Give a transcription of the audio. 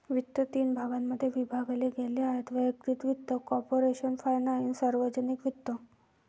वित्त तीन भागांमध्ये विभागले गेले आहेः वैयक्तिक वित्त, कॉर्पोरेशन फायनान्स, सार्वजनिक वित्त